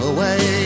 Away